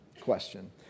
question